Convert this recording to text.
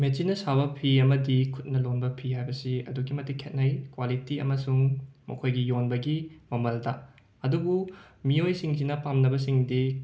ꯃꯦꯆꯤꯟꯅ ꯁꯥꯕ ꯐꯤ ꯑꯃꯗꯤ ꯈꯨꯠꯅ ꯂꯣꯟꯕ ꯐꯤ ꯍꯥꯏꯕꯁꯤ ꯑꯗꯨꯛꯀꯤ ꯃꯇꯤꯛ ꯈꯦꯠꯅꯩ ꯀ꯭ꯋꯥꯂꯤꯇꯤ ꯑꯃꯁꯨꯡ ꯃꯈꯣꯏꯒꯤ ꯌꯣꯟꯕꯒꯤ ꯃꯃꯜꯗ ꯑꯗꯨꯕꯨ ꯃꯤꯑꯣꯏꯁꯤꯡꯁꯤꯅ ꯄꯥꯝꯅꯕꯁꯤꯡꯗꯤ